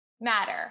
matter